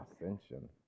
ascension